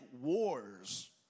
wars